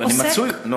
אני מצוי, עוסק?